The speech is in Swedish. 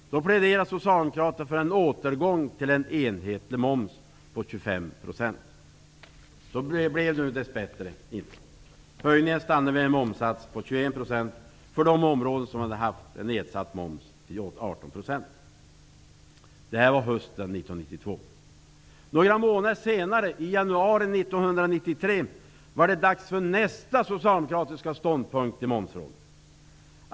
Då pläderade Socialdemokraterna för en återgång till en enhetlig moms på 25 %. Så blev det dess bättre inte. Höjningen stannade vid en momssats på 21 % för de områden där momsen hade varit nedsatt till 18 %. Detta var alltså hösten 1992. Några månader senare -- i januari 1993 -- var det dags för nästa socialdemokratiska ståndpunkt i momsfrågan.